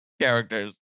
characters